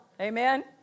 Amen